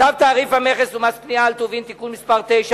צו תעריף המכס ומס קנייה על טובין (תיקון מס' 9),